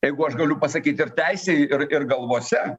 jeigu aš galiu pasakyt ir teisėj ir ir galvose